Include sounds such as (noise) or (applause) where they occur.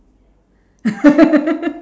(laughs)